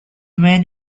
main